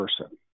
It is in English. person